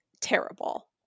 terrible